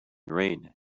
rain